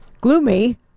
gloomy